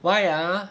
why ah